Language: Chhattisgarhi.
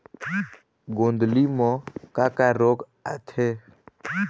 गोंदली म का का रोग आथे?